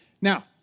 Now